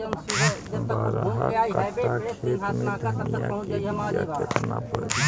बारह कट्ठाखेत में धनिया के बीया केतना परी?